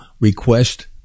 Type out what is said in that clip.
request